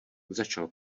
začal